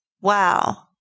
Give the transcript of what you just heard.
wow